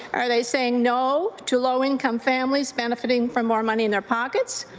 are they saying no to low-income families benefiting from more money in their pockets?